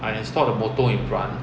I installed a motor in front